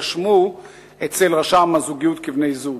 יירשמו אצל רשם הזוגיות כבני זוג.